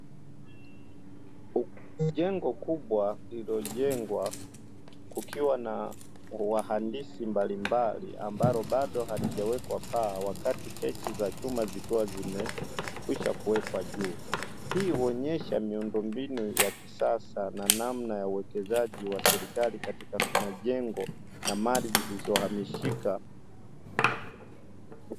Jengo kubwa lililojengwa kukiwa na wahandisi mbalimbali, ambalo bado halijawekwa paa wakati kenchi za chuma zikiwa zimekwisha kuwekwa juu. Hii huonyesha miundombinu ya kisasa na namna ya uwekezaji wa serikali katika majengo na mali zisizohamishika.